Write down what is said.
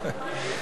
לא,